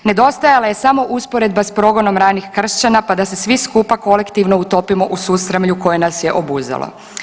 Nedostajala je samo usporedba sa progon ranih kršćana pa da se svi skupa kolektivno utopimo u susramlju koje nas je obuzelo.